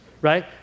right